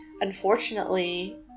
unfortunately